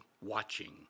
watching